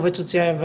עובד סוציאלי,